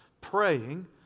Praying